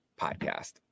podcast